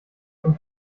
und